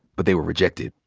but they were rejected.